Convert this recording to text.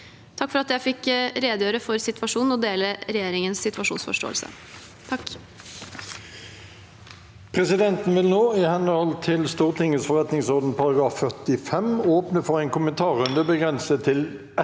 Takk for at jeg fikk redegjøre for situasjonen og dele regjeringens situasjonsforståelse.